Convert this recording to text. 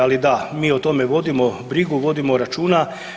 Ali da mi o tome vodimo brigu, vodimo računa.